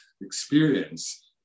experience